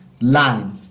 line